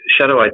shadow